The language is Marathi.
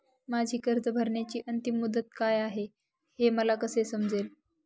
माझी कर्ज भरण्याची अंतिम मुदत काय, हे मला कसे समजेल?